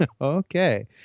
Okay